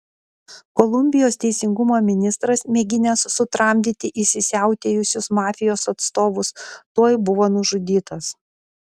kolumbijos teisingumo ministras mėginęs sutramdyti įsisiautėjusius mafijos atstovus tuoj buvo nužudytas